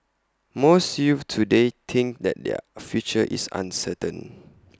most youths today think that their future is uncertain